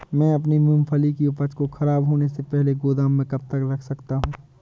मैं अपनी मूँगफली की उपज को ख़राब होने से पहले गोदाम में कब तक रख सकता हूँ?